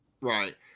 Right